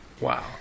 Wow